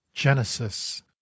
Genesis